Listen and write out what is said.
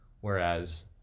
whereas